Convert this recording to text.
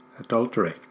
adultery